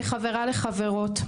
כחברה לחברות,